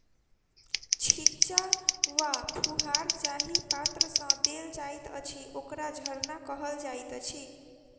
छिच्चा वा फुहार जाहि पात्र सँ देल जाइत अछि, ओकरा झरना कहल जाइत अछि